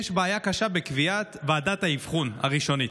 יש בעיה קשה בקביעת ועדת האבחון הראשונית.